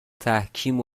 تحکیم